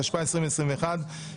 התשפ"א-2021,